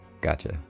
Gotcha